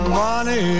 money